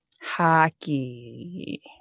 hockey